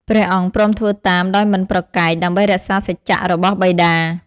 ព្រះអង្គព្រមធ្វើតាមដោយមិនប្រកែក ដើម្បីរក្សាសច្ចៈរបស់បិតា ។